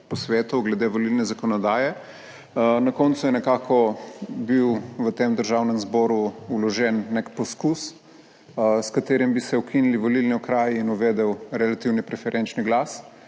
posvetov glede volilne zakonodaje. Na koncu je nekako bil v tem Državnem zboru vložen nek poskus, s katerim bi se ukinili volilni okraji in uvedel relativni preferenčni glas,